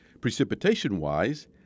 precipitation-wise